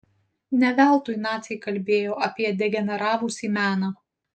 ne veltui naciai kalbėjo apie degeneravusį meną